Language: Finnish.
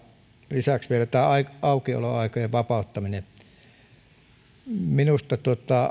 lisäksi tästä aukioloaikojen vapauttamisesta minusta